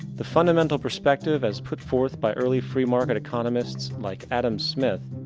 the fundamental perspective as put forth by early free market economists, like adam smith,